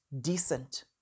decent